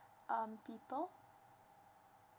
um people